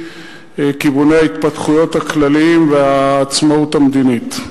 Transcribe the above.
כיווני ההתפתחויות הכלליים והעצמאות המדינית.